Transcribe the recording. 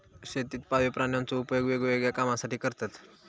शेतीत पाळीव प्राण्यांचो उपयोग वेगवेगळ्या कामांसाठी करतत